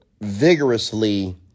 vigorously